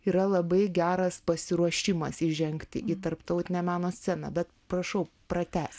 yra labai geras pasiruošimas įžengti į tarptautinę meno sceną bet prašau pratęsk